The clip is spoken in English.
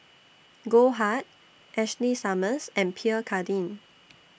Goldheart Ashley Summers and Pierre Cardin